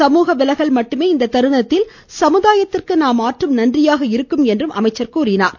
சமூக விலகல் மட்டுமே இத்தருணத்தில் சமுதாயத்திற்கு நாம் ஆற்றும் நன்றியாக இருக்கும் என்று அவர் கூறினார்